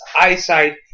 eyesight